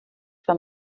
wenn